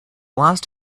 last